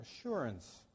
assurance